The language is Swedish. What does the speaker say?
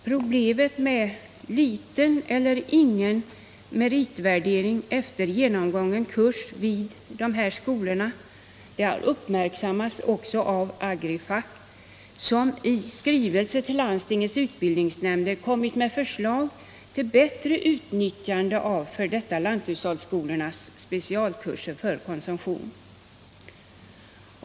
Problemet med låg eller ingen meritvärdering av genomgången kurs vid de här skolorna har också uppmärksammats av Agrifack, som i skrivelse till landstingens utbildningsnämnder kommit med förslag till bättre utnyttjande av f.d. lanthushållsskolornas specialkurser för konsumtion.